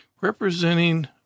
representing